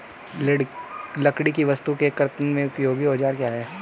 लकड़ी की वस्तु के कर्तन में उपयोगी औजार क्या हैं?